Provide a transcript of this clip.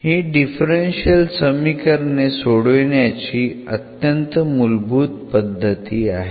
तर ही डिफरन्शियल समीकरण सोडविण्याची अत्यंत मूलभूत पद्धती आहे